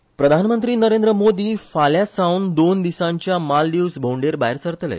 माल्दीव्स प्रधानमंत्री नरेंद्र मोदी फाल्यासावन दोन दिसांच्या मालदिव्स भोंवडेर भायर सरतले